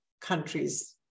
countries